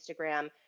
Instagram